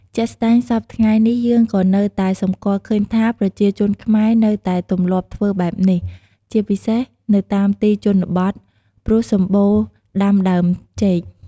ជាក់ស្តែង សព្វថ្ងៃនេះយើងក៏នៅតែសម្គាល់ឃើញថា ប្រជាជនខ្មែរនៅតែទម្លាប់ធ្វើបែបនេះ ជាពិសេសនៅតាមទីជនបទ ព្រោះសម្បូរដាំដើមចេក។